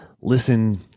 listen